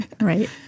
Right